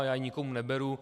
Já ji nikomu neberu.